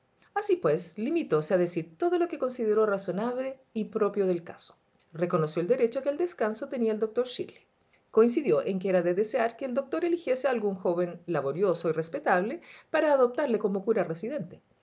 así pues limitóse a decir todo lo que consideró razonable y propio del caso reconoció el derecho que al descanso tenía el doctor shirley coincidió en que era de desear que el doctor eligiese a algún joven laborioso y respetable para adoptarle como cura